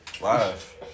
Live